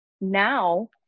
Now